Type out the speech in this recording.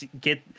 get